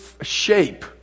shape